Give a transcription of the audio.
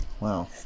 Wow